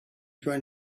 going